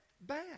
bad